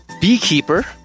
beekeeper